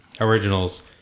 originals